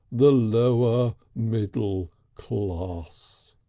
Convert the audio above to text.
the lower middle class.